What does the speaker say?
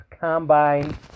combine